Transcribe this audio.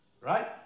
Right